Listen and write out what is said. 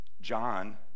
John